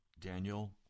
Daniel